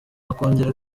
akongera